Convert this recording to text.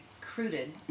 recruited